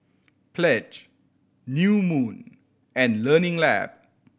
Pledge New Moon and Learning Lab